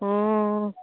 हूँ